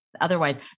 otherwise